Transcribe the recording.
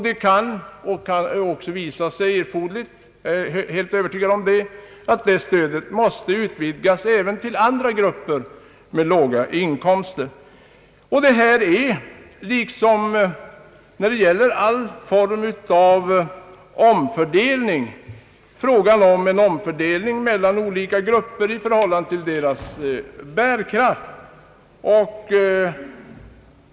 Det kan också visa sig erforderligt — därom är jag helt övertygad — att detta stöd utvidgas även till andra grupper med låga inkomster. Detta är liksom när det gäller alla former av omfördelning en fråga om omfördelning mellan olika grupper i förhållande till deras bärkraft.